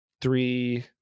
three